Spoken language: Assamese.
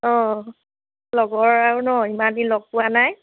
অঁ লগৰ আৰু ন ইমান দিন লগ পোৱা নাই